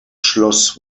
schloss